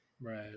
Right